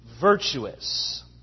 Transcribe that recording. virtuous